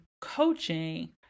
coaching